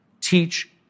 teach